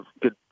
good